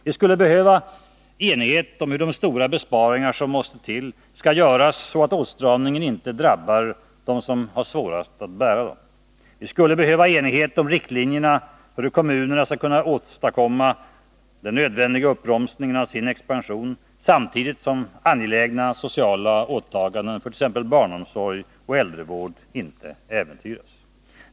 Vi skulle behöva enighet om hur de stora besparingar som måste till skall göras, så att åtstramningen inte drabbar dem som har svårast att bära den. Vi skulle behöva enighet om riktlinjerna för hur kommunerna skall kunna åstadkomma den nödvändiga uppbromsningen av sin expansion, samtidigt som angelägna sociala åtaganden för t.ex. barnomsorg och äldrevård inte äventyras.